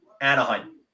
Anaheim